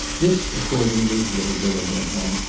this, accordingly, little bilham went on,